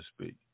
speak